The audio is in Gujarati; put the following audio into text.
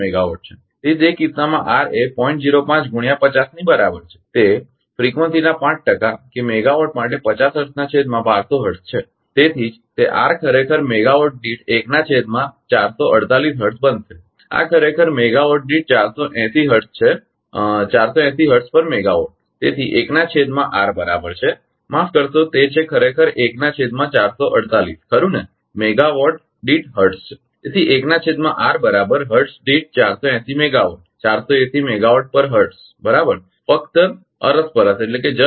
05 ગુણ્યા 50 ની બરાબર છે કે તે ફ્રીકવંસીના 5 ટકા કે મેગાવાટ માટે 50 હર્ટ્ઝ ના છેદમાં 1200 હર્ટ્ઝ છે તેથી જ તે આર ખરેખર મેગાવાટ દીઠ 1 ના છેદમાં 448 હર્ટ્ઝ બનશે આ ખરેખર મેગાવાટ દીઠ 480 હર્ટ્ઝ છે તેથી 1 ના છેદમાં આર બરાબર છે માફ કરશો તે છે તે ખરેખર 1 ના છેદમાં 448 ખરુ ને મેગાવાટ દીઠ હર્ટ્ઝ છે તેથી 1 ના છેદમાં આર બરાબર હર્ટ્ઝ દીઠ 480 મેગાવાટ બરાબર છે ફકત અરસપરસ